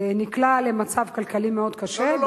נקלע למצב כלכלי מאוד קשה,